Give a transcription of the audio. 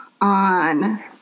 on